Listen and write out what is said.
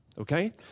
okay